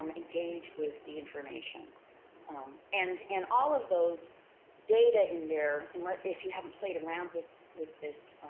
um engage with the information um and and all of those data in there, and like if you haven't played around with with this,